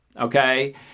okay